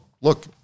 look